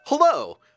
Hello